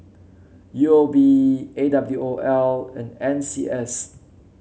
U O B A W O L and N C S